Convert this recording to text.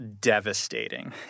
devastating